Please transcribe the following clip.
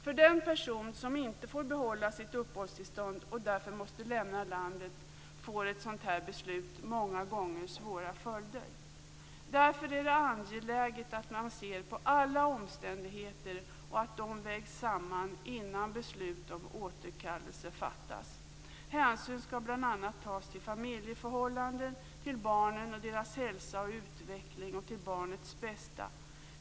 För den person som inte får behålla sitt uppehållstillstånd och därför måste lämna landet får ett sådant beslut många gånger svåra följder. Därför är det angeläget att man ser på alla omständigheter och att de vägs samman innan beslut om återkallelse fattas. Hänsyn skall bl.a. tas till familjeförhållanden, till barnen och deras hälsa och utveckling och till barnets bästa.